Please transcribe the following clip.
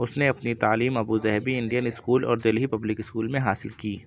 اس نے اپنی تعلیم ابوظہبی انڈین اسکول اور دہلی پبلک اسکول میں حاصل کی